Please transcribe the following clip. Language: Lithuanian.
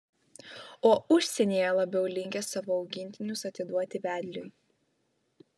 o užsienyje labiau linkę savo augintinius atiduoti vedliui